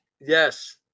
Yes